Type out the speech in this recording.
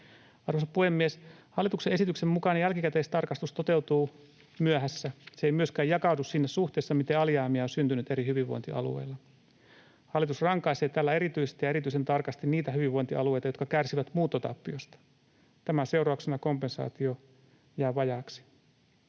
Arvoisa puhemies! Hallituksen esityksen mukaan jälkikäteistarkastus toteutuu myöhässä. Se ei myöskään jakaudu siinä suhteessa, miten alijäämiä on syntynyt eri hyvinvointialueilla. Hallitus rankaisee tällä erityisesti ja erityisen tarkasti niitä hyvinvointialueita, jotka kärsivät muuttotappiosta. Tämän seurauksena kompensaatio jää vajaaksi.